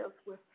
elsewhere